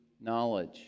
knowledge